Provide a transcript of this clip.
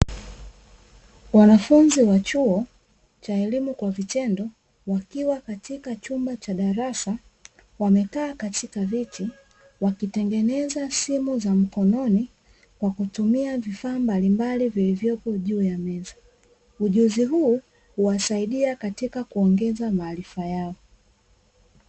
Wanafunzi wa chuo cha elimu kwa vitendo, wakiwa katika chumba cha darasa, wamekaa katika viti wakitengeneza simu za mikononi kwa kutumia vifaa mbalimbali vilivyopo juu ya meza. Ujuzi huu huwasaidia katika kuongeza maarifa yao.